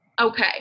Okay